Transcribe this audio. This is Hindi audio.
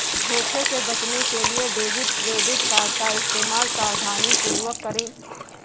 धोखे से बचने के लिए डेबिट क्रेडिट कार्ड का इस्तेमाल सावधानीपूर्वक करें